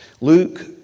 Luke